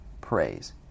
praise